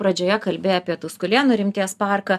pradžioje kalbi apie tuskulėnų rimties parką